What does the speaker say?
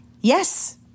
Yes